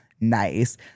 nice